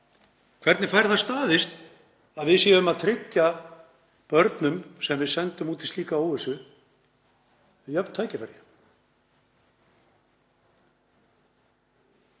Hvernig fær það staðist að við séum að tryggja börnum sem við sendum út í slíka óvissu jöfn tækifæri?